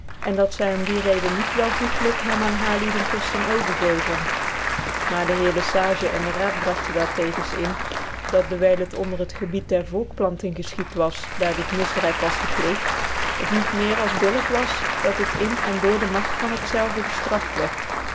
en dat zy om die reden niet welvoeglijk hem aan haarlieden kotten overgeven maar de heer lc sage en dc raad bragtcn daar tegens in dat dewijl het onder het gebied der volkplanting gcfchict was daar dit misdryf was gcplccgt het niet meer als billijk was dat het in en door de magt van het zelve gcftraft wiertj